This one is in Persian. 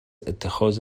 اتخاذ